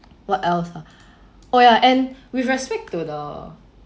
what else ah oh yeah and with respect to the